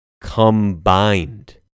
combined